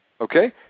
okay